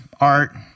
art